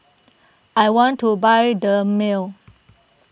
I want to buy Dermale